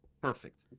perfect